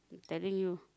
telling you